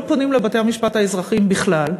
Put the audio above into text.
לא פונים לבתי-המשפט האזרחיים בכלל,